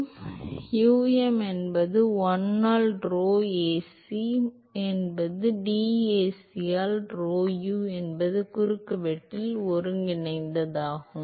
எனவே um என்பது 1 ஆல் rho Ac என்பது dAc இல் rho u என்ற குறுக்குவெட்டில் ஒருங்கிணைந்ததாகும்